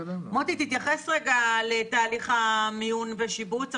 מוטי, תתייחס לתהליך המיון והשיבוץ.